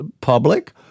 public